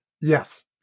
Yes